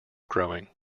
growing